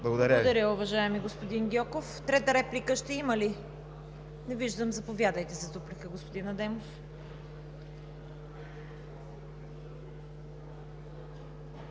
КАРАЯНЧЕВА: Благодаря, уважаеми господин Гьоков. Трета реплика ще има ли? Не виждам. Заповядайте за дуплика, господин Адемов.